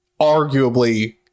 arguably